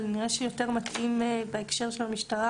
אבל נראה שיותר מתאים בהקשר של המשטרה